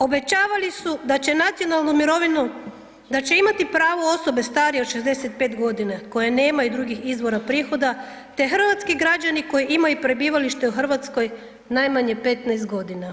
Obećavali su da će nacionalnu mirovinu, da će imati pravo osobe starije od 65 g. koje nemaju drugih izvora prihode hrvatski građani koji imaju prebivalište u Hrvatskoj najmanje 15 godina.